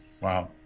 Wow